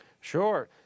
Sure